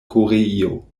koreio